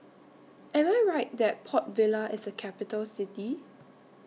Am I Right that Port Vila IS A Capital City